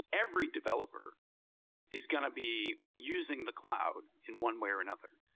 every developer is going to be using the cloud in one way or another,